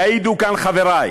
יעידו כאן חברי,